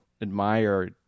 admire